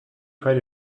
try